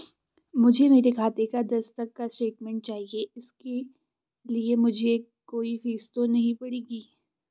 मुझे मेरे खाते का दस तक का स्टेटमेंट चाहिए इसके लिए मुझे कोई फीस तो नहीं पड़ेगी?